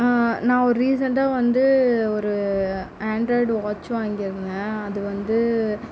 நான் ஒரு ரீசண்டா வந்து ஒரு ஆண்ட்ராய்டு வாட்ச் வாங்கிருந்தேன் அதுவந்து